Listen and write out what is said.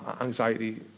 anxiety